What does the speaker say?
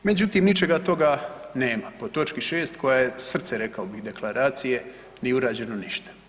Međutim, ničega toga nema po točki 6. koja je srce rekao bih deklaracije, nije urađeno ništa.